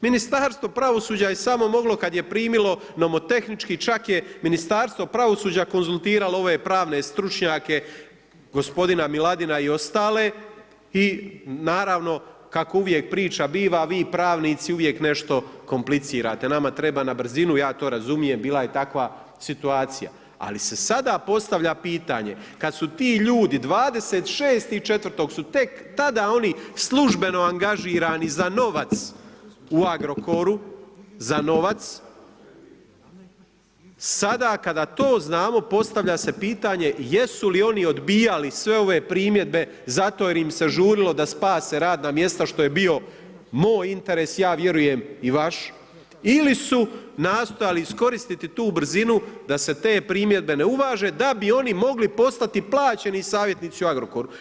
Ministarstvo pravosuđa je samo moglo kad je primilo novotehnički, čak je Ministarstvo pravosuđa konzultiralo ove pravne stručnjake, gospodina Miladina i ostale, i naravno, kako uvijek priča biva, vi pravnici uvijek nešto komplicirate, nama treba na brzinu, ja to razumijem, bila je takva situacija, ali se sada postavlja pitanje kad su ti ljudi 26.4. su tek tada oni službeno angažirani za novac u Agrokoru, za novac, sada kada to znamo, postavlja se pitanje jesu li on odbijali ove primjedbe zato jer im se žurilo da spase radna mjesta što je bio moj interes, ja vjerujem i vaš, ili su nastojali iskoristiti tu brzinu da se te primjedbe ne uvaže da bi oni mogli postati plaćeni savjetnici u Agrokoru?